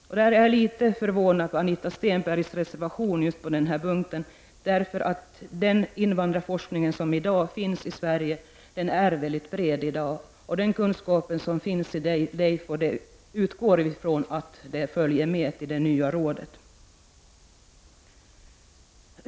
Jag är litet förvånad över Anita Stenbergs reservation på den här punkten. Den invandrarforskning som i dag förekommer i Sverige är mycket bred, och vi utgår från att den kunskap som finns i DEIFO följer med till det nya rådet.